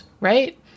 right